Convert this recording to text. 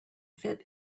fit